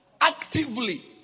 actively